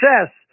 Success